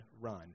run